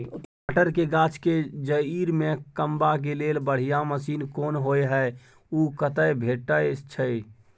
टमाटर के गाछ के जईर में कमबा के लेल बढ़िया मसीन कोन होय है उ कतय भेटय छै?